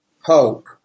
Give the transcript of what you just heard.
Hope